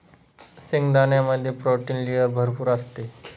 शेंगदाण्यामध्ये protein layer भरपूर असते